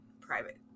private